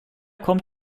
kommt